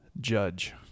Judge